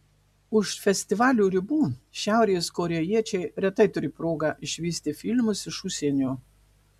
už festivalio ribų šiaurės korėjiečiai retai turi progą išvysti filmus iš užsienio